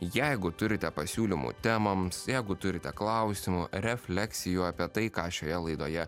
jeigu turite pasiūlymų temoms jeigu turite klausimų refleksijų apie tai ką šioje laidoje